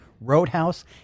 Roadhouse